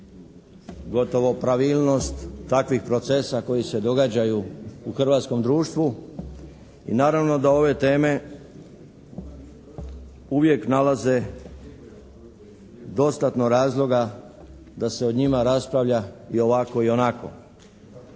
gotovo pravilnost takvih procesa koji se događaju u hrvatskom društvu. I naravno da ove teme uvijek nalaze dostatno razloga da se o njima raspravlja i ovako i onako.